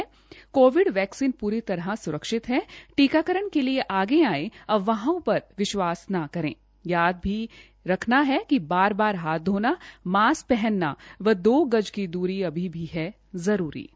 Covid vaccine पूरी तरह स्रक्षित है टीकाकरण के लिए आगे आएं अफवाहों पर विश्वास न करे यह भी याद रखना है कि बार बार हाथ धोना मास्क पहनना व दो गज की द्री अभी भी जरूरी है